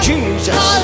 Jesus